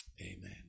Amen